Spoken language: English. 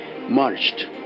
marched